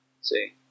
See